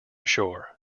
sure